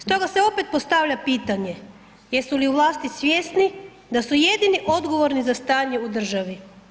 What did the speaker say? Stoga se opet postavlja pitanje, jesu li u vlasti svjesni da su jedini odgovorni za stanje u državi?